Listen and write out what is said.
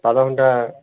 ପାତରଘଣ୍ଟା